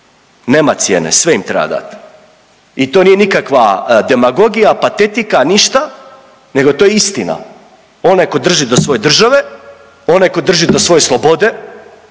nema cijene, sve im treba dat i to nije nikakva demagogija, patetika, ništa, nego to je istina. Onaj ko drži do svoje države, onaj ko drži do svoje slobode,